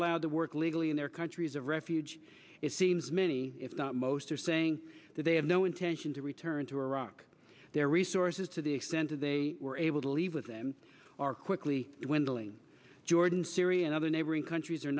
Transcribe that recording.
allowed to work legally in their countries of refuge it seems many if not most are saying that they have no intention to return to iraq their resources to the extent that they were able to leave with them are quickly when dealing jordan syria and other neighboring countries are